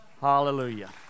Hallelujah